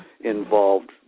involved